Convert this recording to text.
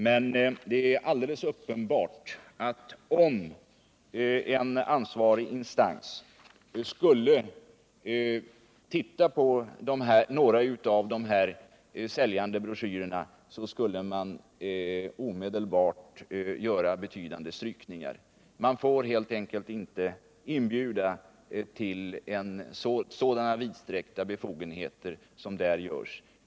Men det är alldeles uppenbart att en ansvarig instans som hade till uppgift att titta på några av de här säljande broschyrerna omedelbart skulle göra betydande strykningar. Man får helt enkelt inte inbjuda till så vidsträckta befogenheter som här görs.